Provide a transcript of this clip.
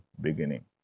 beginning